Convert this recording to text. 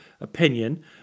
opinion